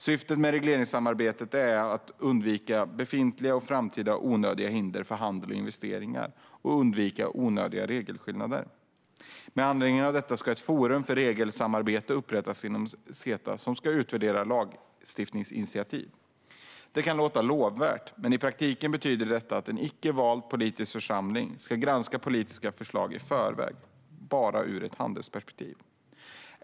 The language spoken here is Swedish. Syftet med regleringssamarbetet är att undvika befintliga och framtida onödiga hinder för handel och investeringar och undvika onödiga regelskillnader. Med anledning av detta ska ett forum för regelsamarbete upprättas inom CETA som ska utvärdera lagstiftningsinitiativ. Detta kan låta lovvärt, men i praktiken betyder det att en icke politiskt vald församling ska granska politiska förslag i förväg ur ett handelsperspektiv.